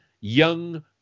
young